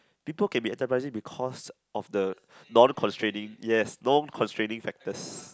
people can be enterprising because of the non constraining yes non constraining factors